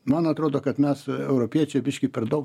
man atrodo kad mes europiečiai biškį per daug